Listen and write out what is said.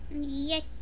Yes